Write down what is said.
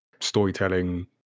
storytelling